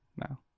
No